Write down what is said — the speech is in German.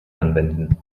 anwenden